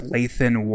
Lathan